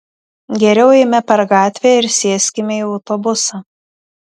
geriau eime per gatvę ir sėskime į autobusą